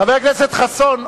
חבר הכנסת חסון,